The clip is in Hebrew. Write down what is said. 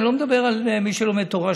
אני לא מדבר על מי שלומד תורה,